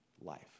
life